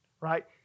right